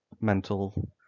mental